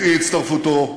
את אי-הצטרפותו,